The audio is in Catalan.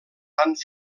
tant